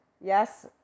yes